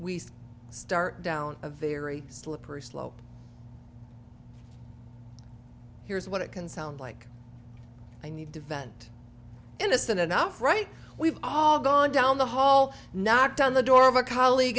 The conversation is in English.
we start down a very slippery slope here's what it can sound like i need to vent innocent enough right we've all gone down the hall knocked on the door of a colleague